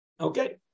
Okay